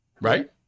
Right